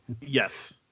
Yes